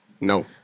No